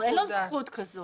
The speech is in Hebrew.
ישיבות תכנון הרבה יותר תכופות.